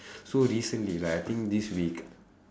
so recently like I think this week